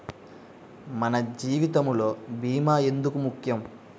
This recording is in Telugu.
మన జీవితములో భీమా ఎందుకు ముఖ్యం?